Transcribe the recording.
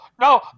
No